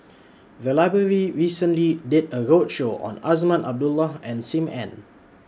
The Library recently did A roadshow on Azman Abdullah and SIM Ann